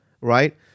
right